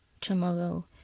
tomorrow